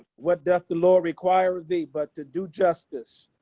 what does the lord require the butt to do justice.